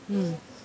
mm